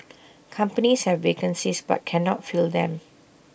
companies have vacancies but cannot fill them